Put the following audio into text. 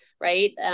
right